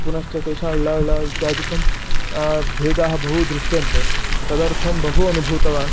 पुनश्च तेषां ळ ळ इत्यादिकं भेदाः बहु दृश्यन्ते तदर्थं बहु अनुभूतवान्